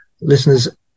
listeners